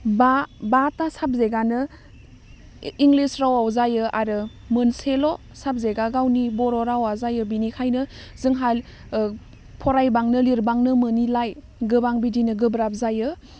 बा बाथा साबजेक्टआनो इंलिस रावाव जायो आरो मोनसेल' साबजेक्टआ गावनि बर' रावा जायो बिनिखायनो जोंहा ओह फरायबांनो लिरबांनो मोनिलाय गोबां बिदिनो गोब्राब जायो